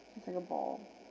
singapore